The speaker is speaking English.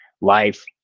life